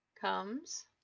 comes